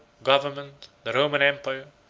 government, the roman empire,